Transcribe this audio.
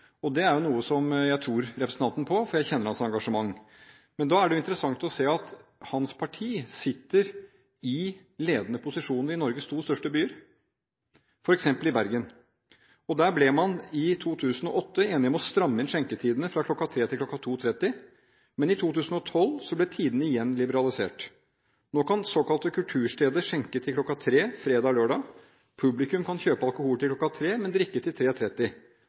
Det er noe som jeg tror representanten på, for jeg kjenner hans engasjement. Men da er det interessant å se at hans parti sitter i ledende posisjoner i Norges to største byer, f.eks. i Bergen. Der ble man i 2008 enige om å stramme inn skjenketidene fra kl. 03.00 til kl. 02.30, men i 2012 ble tidene igjen liberalisert. Nå kan såkalte kultursteder skjenke til kl. 03.00 på fredager og lørdager, og publikum kan kjøpe alkohol til kl. 03.00, men drikke til